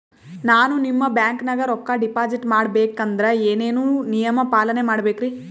ನಾನು ನಿಮ್ಮ ಬ್ಯಾಂಕನಾಗ ರೊಕ್ಕಾ ಡಿಪಾಜಿಟ್ ಮಾಡ ಬೇಕಂದ್ರ ಏನೇನು ನಿಯಮ ಪಾಲನೇ ಮಾಡ್ಬೇಕ್ರಿ?